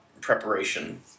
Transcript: preparation